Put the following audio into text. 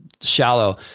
shallow